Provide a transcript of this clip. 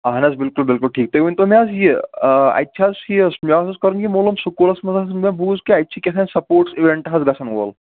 اہن حظ بلکل بلکل ٹھیٖک تُہۍ ؤنۍ تو مےٚ حظ یہِ اَتہِ چھِ حظ یہِ مےٚ حظ اوس کَرُن یہِ مولوم سکوٗلس منٛز حظ مےٚ بوز کہِ اَتہِ چھِ کٮ۪تھام سَپوٹس ایوینٹ حظ گَژھن وول